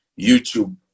YouTube